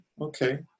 okay